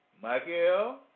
Michael